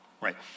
right